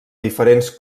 diferents